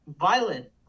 violent